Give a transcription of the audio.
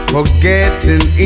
Forgetting